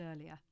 earlier